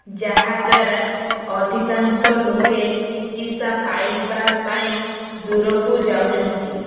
ଯାହାଦ୍ୱାରା ଅଧିକାଂଶ ଲୋକେ ଚିକିତ୍ସା ପାଇବା ପାଇଁ ଦୂରକୁ ଯାଉଛନ୍ତି